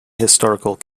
historical